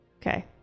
Okay